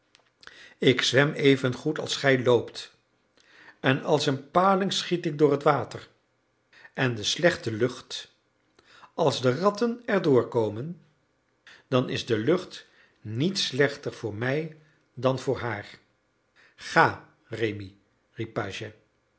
ik zwem even goed als gij loopt en als een paling schiet ik door het water en de slechte lucht als de ratten erdoor komen dan is de lucht niet slechter voor mij dan voor haar ga rémi riep pagès